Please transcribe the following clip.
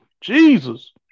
Jesus